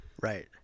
right